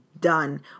done